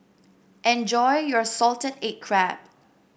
enjoy your Salted Egg Crab